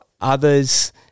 others